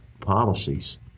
policies